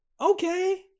Okay